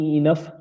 enough